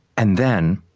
and then